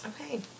Okay